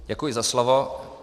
Děkuji za slovo.